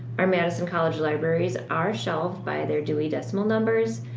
our madison college libraries are shelved by their dewey decimal numbers.